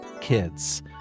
kids